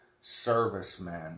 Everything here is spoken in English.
servicemen